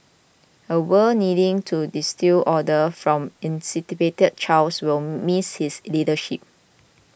a world needing to distil order from incipient chaos will miss his leadership